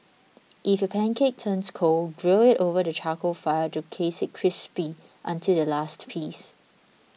if your pancake turns cold grill it over the charcoal fire to taste it crispy until the last piece